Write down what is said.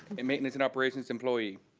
in maintenance and operations employee.